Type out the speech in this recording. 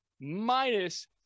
minus